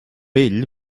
ell